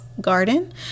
Garden